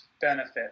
benefit